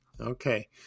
Okay